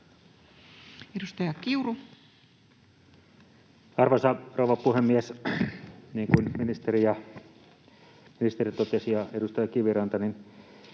Edustaja Kiuru. Arvoisa rouva puhemies! Niin kuin ministeri ja edustaja Kiviranta